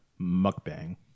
Mukbang